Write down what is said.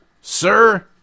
sir